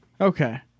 Okay